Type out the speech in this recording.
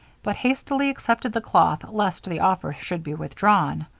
but hastily accepted the cloth lest the offer should be withdrawn.